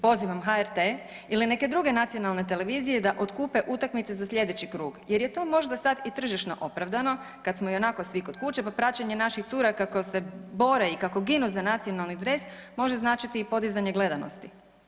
Pozivam HRT ili neke druge nacionalne televizije da otkupe utakmice za sljedeći krug jer je to možda sad i tržišno opravdano kada smo i onako svi kod kuće pa praćenje naših cura kako se bore i kako ginu za nacionalni dres može značiti i podizanje gledanosti.